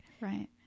Right